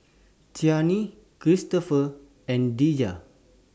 Chanie Christop and Deja